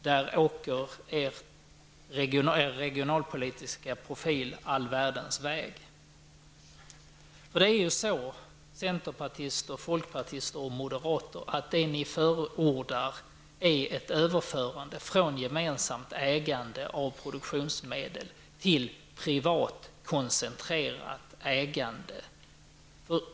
Där åker centerns regionalpolitiska profil all världens väg. Det som centern, folkpartiet och moderaterna förordar är ett överförande från gemensamt ägande av produktionsmedel till privat koncentrerat ägande.